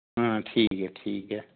हां ठीक ऐ ठीक ऐ